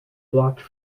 blocked